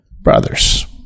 brothers